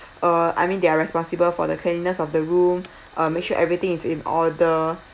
uh I mean they are responsible for the cleanliness of the room uh make sure everything is in order